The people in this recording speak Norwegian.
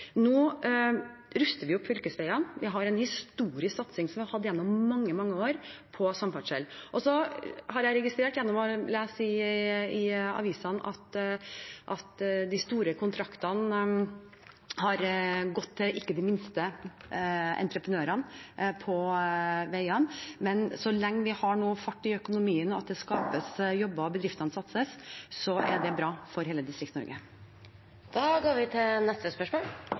Nå ruster vi opp fylkesveiene. Vi har en historisk satsing på samferdsel – noe vi har hatt gjennom mange, mange år. Så har jeg registrert gjennom å lese i avisene at de store kontraktene på vei ikke har gått til de minste entreprenørene, men så lenge vi nå har fart i økonomien, det skapes jobber og bedriftene satser, er det bra for hele